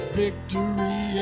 victory